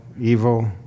evil